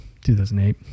2008